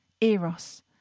Eros